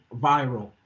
viral